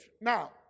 Now